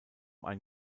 ein